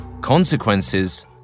Consequences